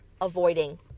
avoiding